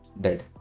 dead